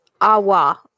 Awa